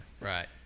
Right